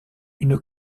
une